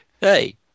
Hey